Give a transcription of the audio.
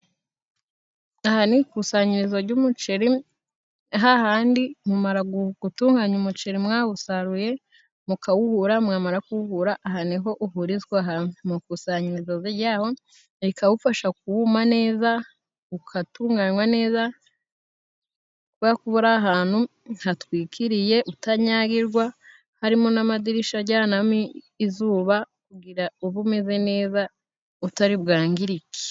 Aha ni ikusanyirizo ry'umuceri hahandi mumara gutunganya umuceri mwawusaruye, mukawuhura, mwamara kuwuhura aha niho uhurizwa hamwe, mukusanyirizo ryawo rikawufasha kuma neza, ugatunganywa neza, ni ukuvuga ko uba uri ahantu hatwikiriye utanyagirwa, harimo n'amadirishya ajyanamo izuba kugira ube umeze neza utari bwangirike.